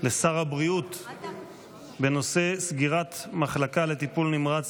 לשר הבריאות בנושא סגירת מחלקה לטיפול נמרץ